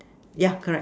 yeah correct